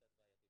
ייכתב בהתאם.